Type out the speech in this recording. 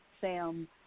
Sam